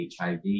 hiv